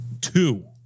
two